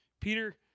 Peter